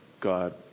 God